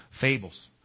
fables